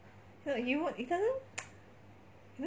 he won't he doesn't